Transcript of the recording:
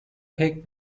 pek